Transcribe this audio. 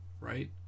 right